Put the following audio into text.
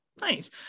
Nice